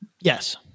yes